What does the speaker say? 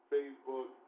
Facebook